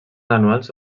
anuals